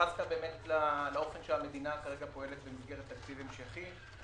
לאופן שבו המדינה כרגע פועלת במסגרת תקציב המשכי.